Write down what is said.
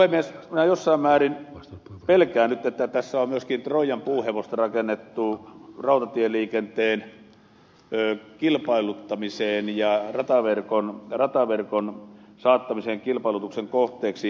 minä jossain määrin pelkään nyt että tässä on myöskin troijan puuhevosta rakennettu rautatieliikenteen kilpailuttamiseksi ja rataverkon saattamiseksi kilpailutuksen kohteeksi